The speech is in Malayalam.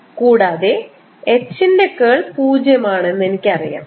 കൂടാതെ H ന്റെ കേൾ 0 ആണെന്ന് എനിക്കറിയാം